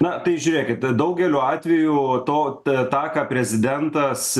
na tai žiūrėkit daugeliu atvejų to tą ką prezidentas